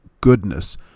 goodness